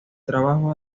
trabajo